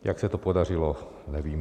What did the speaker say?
Jak se to podařilo, nevím.